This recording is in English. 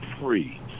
free